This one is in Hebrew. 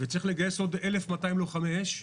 צריך לגייס עוד 1,200 לוחמי אש.